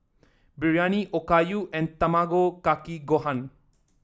Biryani Okayu and Tamago Kake Gohan